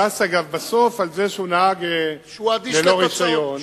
שהוא נתפס אגב בסוף על זה שהוא נהג ללא רשיון,